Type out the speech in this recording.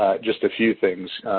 just a few things.